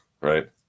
Right